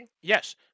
Yes